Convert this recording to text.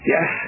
Yes